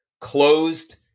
closed